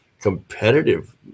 competitive